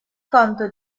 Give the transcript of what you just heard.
conto